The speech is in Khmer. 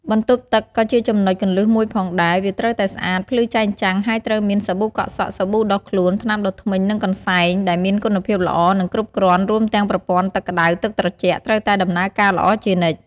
បន្ទប់ទឹកក៏ជាចំណុចគន្លឹះមួយផងដែរ វាត្រូវតែស្អាតភ្លឺចែងចាំងហើយត្រូវមាន សាប៊ូកក់សក់ សាប៊ូដុសខ្លួន ថ្នាំដុសធ្មេញ និងកន្សែង ដែលមានគុណភាពល្អ និងគ្រប់គ្រាន់ រួមទាំងប្រព័ន្ធទឹកក្តៅ ទឹកត្រជាក់ត្រូវតែដំណើរការល្អជានិច្ច។